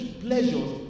pleasures